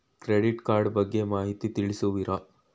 Credit card ಬಗ್ಗೆ ಮಾಹಿತಿ ತಿಳಿಸುವಿರಾ?